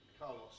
Carlos